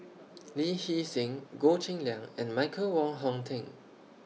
Lee Hee Seng Goh Cheng Liang and Michael Wong Hong Teng